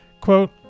Quote